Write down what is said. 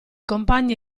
compagni